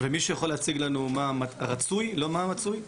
ומישהו יוכל להציג לנו מה הרצוי ולא מה המצוי?